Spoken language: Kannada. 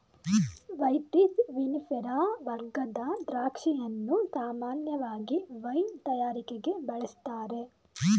ವೈಟಿಸ್ ವಿನಿಫೆರಾ ವರ್ಗದ ದ್ರಾಕ್ಷಿಯನ್ನು ಸಾಮಾನ್ಯವಾಗಿ ವೈನ್ ತಯಾರಿಕೆಗೆ ಬಳುಸ್ತಾರೆ